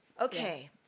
okay